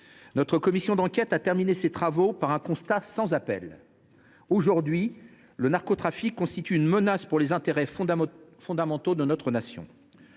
la commission d’enquête du Sénat a terminé ses travaux par un constat sans appel : aujourd’hui, le narcotrafic constitue une menace pour les intérêts fondamentaux de notre nation.